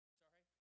sorry